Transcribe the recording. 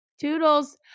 Toodles